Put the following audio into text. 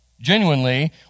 genuinely